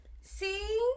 See